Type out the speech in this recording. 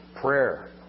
prayer